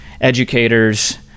educators